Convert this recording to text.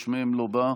איש מהם לא בא.